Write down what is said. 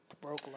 Broke